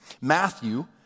Matthew